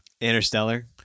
Interstellar